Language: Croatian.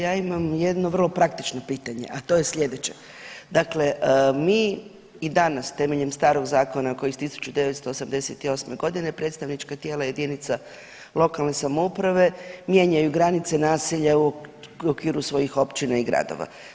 Ja imam jedno vrlo praktično pitanje, a to je sljedeće, dakle mi i danas temeljem starog zakona koji je iz 1988. g. predstavnička tijela jedinice lokalne samouprave mijenjaju granice naselja, u okviru svojih općina i gradova.